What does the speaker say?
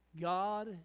God